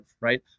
right